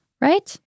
right